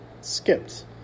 skipped